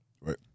right